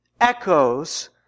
echoes